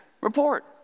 report